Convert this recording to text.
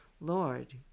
Lord